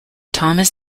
thomas